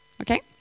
Okay